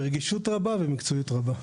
ברגישות ובמקצועיות רבה.